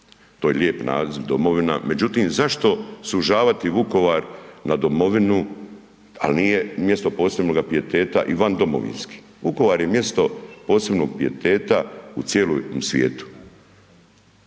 To je lijep naziv, domovina, međutim zašto sužavati Vukovar na domovinu, al nije mjesto posebnog pijeteta i van domovinski. Vukovar je mjesto posebnog pijeteta u cijelom svijetu.